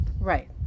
Right